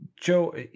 Joe